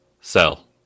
sell